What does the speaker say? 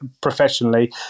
professionally